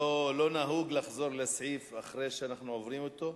לא נהוג לחזור לסעיף אחרי שעוברים אותו,